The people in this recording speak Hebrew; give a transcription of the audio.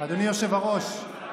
אדוני היושב-ראש,